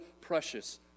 precious